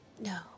No